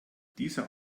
dieser